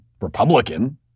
Republican